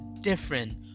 different